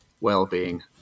well-being